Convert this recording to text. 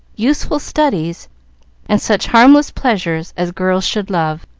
useful studies and such harmless pleasures as girls should love,